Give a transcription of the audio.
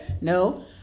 No